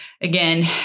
again